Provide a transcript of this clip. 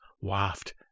waft